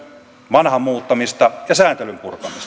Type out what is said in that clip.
vanhan muuttamista ja sääntelyn